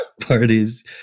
parties